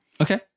Okay